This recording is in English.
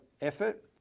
effort